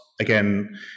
Again